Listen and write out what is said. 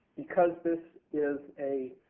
because this is a